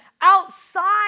outside